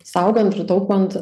saugant ir taupant